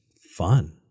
fun